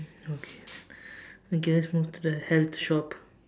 mm okay let's move to the health shop